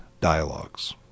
Dialogues